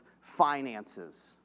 finances